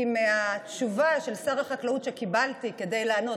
כי מהתשובה של שר החקלאות שקיבלתי כדי לענות,